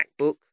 MacBook